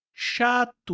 Chato